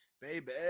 Baby